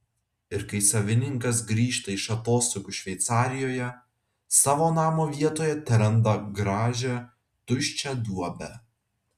ir kai savininkas grįžta iš atostogų šveicarijoje savo namo vietoje teranda gražią tuščią duobę